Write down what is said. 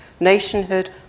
nationhood